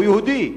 הוא יהודי.